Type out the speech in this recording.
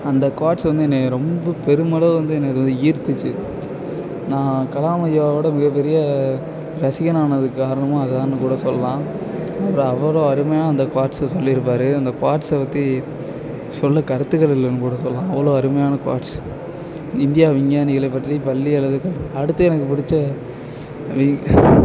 அந்த க்வாட்ஸ் வந்து என்னையை ரொம்ப பெருமளவு வந்து என்னை அது வந்து ஈர்த்துச்சு நான் கலாம் ஐயாவோட மிகப்பெரிய ரசிகனானதுக்கு காரணமும் அது தான் கூட சொல்லலாம் அப்புறம் அவ்வளோ அருமையாக க்வாட்ஸை சொல்லியிருப்பாரு அந்த க்வாட்ஸை பற்றி சொல்ல கருத்துக்கள் இல்லைனு கூட சொல்லலாம் அவ்வளோ அருமையான க்வாட்ஸ் இந்தியா விஞ்ஞானிகளை பற்றி பள்ளி அளவுக்கு அடுத்து எனக்கு பிடிச்ச விஞ்ஞானி